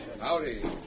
Howdy